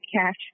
cash